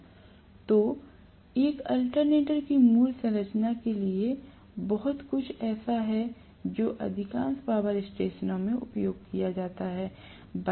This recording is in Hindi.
तो एक अल्टरनेटर की मूल संरचना के लिए बहुत कुछ ऐसा है जो अधिकांश पावर स्टेशन में उपयोग किया जाता है